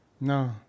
No